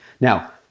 Now